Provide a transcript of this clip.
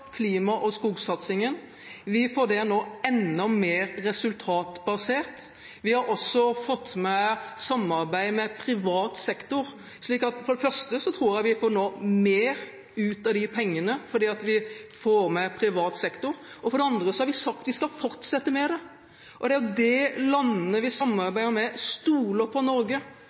klima- og skogsatsingen, vi får det nå enda mer resultatbasert, og vi har også fått med samarbeid med privat sektor. Så for det første tror jeg vi nå får mer ut av pengene, fordi vi får med privat sektor, og for det andre har vi sagt vi skal fortsette med det. Og landene vi samarbeider med, stoler på Norge, det er